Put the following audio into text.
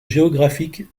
géographique